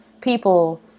people